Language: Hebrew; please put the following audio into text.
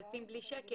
יוצאים בלי שקל.